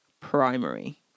primary